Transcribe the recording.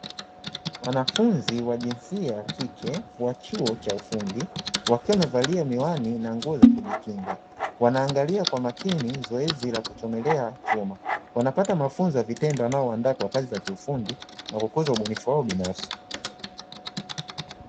Wanafunzi wa jinsia ya kike wa chuo cha ufundi, wakiwa wamevalia miwani na nguo za kujikinga ,wanaangalia kwa makini zoezi la kuchomelea chuma, wanapata mavunzo ya vitendo yanayowaandaa kwa kazi za kiufundi, na kukuza ubunifu wao binafsi.